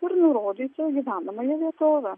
ir nurodyti gyvenamąją vietovę